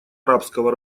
арабского